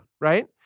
right